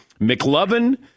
McLovin